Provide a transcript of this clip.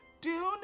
Dune